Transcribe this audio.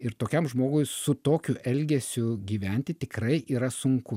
ir tokiam žmogui su tokiu elgesiu gyventi tikrai yra sunku